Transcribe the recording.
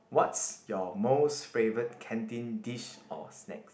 what's your most favourite canteen dish or snacks